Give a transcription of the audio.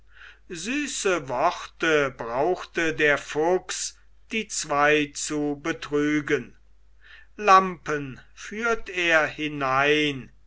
süße worte brauchte der fuchs die zwei zu betrügen lampen führt er hinein